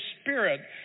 spirit